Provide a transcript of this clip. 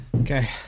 Okay